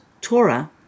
Torah